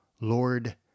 Lord